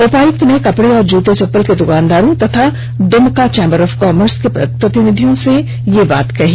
उपायुक्त ने कपड़े और जूता चप्पल के दुकानदारों तथा दुमका चैंबर ऑफ कॉमर्स के प्रतिनिधियों से यह बात कही